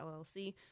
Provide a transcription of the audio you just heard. LLC